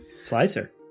Slicer